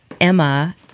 Emma